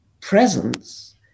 presence